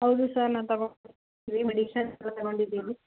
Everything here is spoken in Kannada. ಹೌದು ಸರ್ ನಾನು ಮೆಡಿಶನ್ ಎಲ್ಲ ತಗೊಂಡಿದ್ದೀವಿ